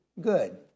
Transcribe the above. Good